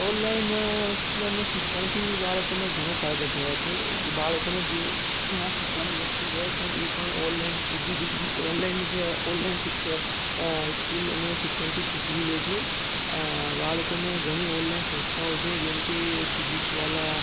online school અને શિક્ષણથી બાળકોને ઘણો ફાયદા થયા છે બાળકોને જે ના શીખવાની વસ્તુ હોય પણ એ પણ ઓનલાઇન એજ્યુકેશન ઓનલાઇન સ ઓનલાઇન શિક્ષ અ સ્કૂલ અને શિક્ષણથી શીખવી લે છે અ બાળકોને ઘણી ઓનલાઇન સંસ્થાઓ છે જેમ કે ફિઝિક્સવાલા